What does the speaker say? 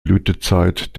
blütezeit